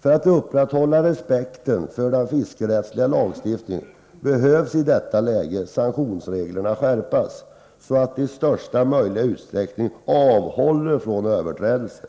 För att upprätthålla respekten för den fiskerättsliga lagstiftningen behöver i detta läge sanktionsreglerna skärpas så att de i största möjliga utsträckning avhåller från överträdelser.